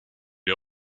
est